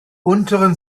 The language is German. unteren